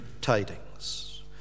tidings